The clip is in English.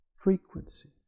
frequency